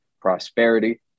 prosperity